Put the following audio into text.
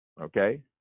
Okay